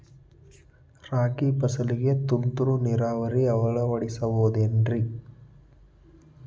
ರಾಗಿ ಫಸಲಿಗೆ ತುಂತುರು ನೇರಾವರಿ ಅಳವಡಿಸಬಹುದೇನ್ರಿ?